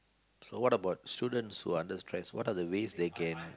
so what about students who are under stress what are the way they can